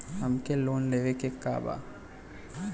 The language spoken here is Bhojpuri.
हमके लोन लेवे के बा?